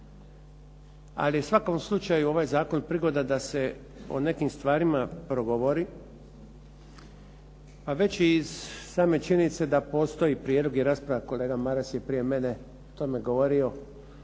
Ali u svakom slučaju ovaj zakon je prigoda da se o nekim stvarima progovori, a već je iz same činjenice da postoji prijedlog i rasprava, kolega Maras je prije mene o tome govorio,